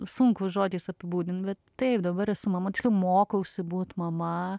sunku žodžiais apibūdint bet taip dabar esu mama tiksliau mokausi būt mama